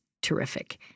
terrific